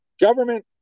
Government